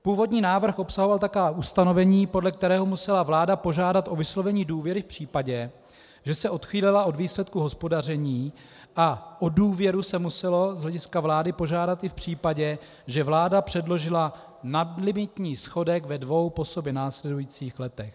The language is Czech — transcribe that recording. Původní návrh obsahoval také ustanovení, podle kterého musela vláda požádat o vyslovení důvěry v případě, že se odchýlila od výsledků hospodaření, a o důvěru se muselo z hlediska vlády požádat i v případě, že vláda předložila nadlimitní schodek ve dvou po sobě následujících letech.